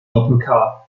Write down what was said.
doppel